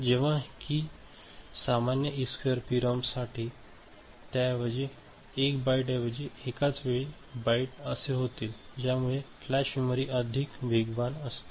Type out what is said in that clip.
जेव्हा की सामान्य ई स्क्वेअर पीआरएमसाठी त्याऐवजी 1 बाइट जे एकावेळी बाइट असे होते ज्यामुळे फ्लॅश मेमेरी अधिक वेगवान असते